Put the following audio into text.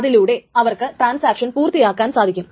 അതിലൂടെ അവർക്ക് ട്രാൻസാക്ഷൻ പൂർത്തിയാക്കുവാൻ സാധിക്കും